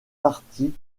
parti